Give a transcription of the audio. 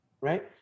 right